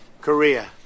Korea